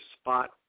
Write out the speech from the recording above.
spot